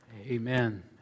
Amen